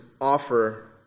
offer